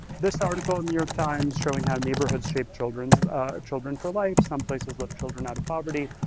this article in new york times, showing how neighborhoods shape children so children for life, some places lift children out of poverty.